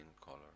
color